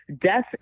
death